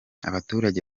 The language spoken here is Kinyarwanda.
abaturage